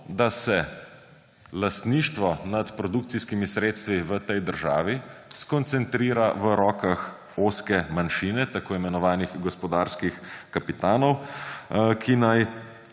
da se lastništvo nad produkcijskimi sredstvi v tej državi skoncentrira v rokah ozke manjšine tako imenovanih gospodarskih kapitanov, ki naj